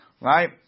Right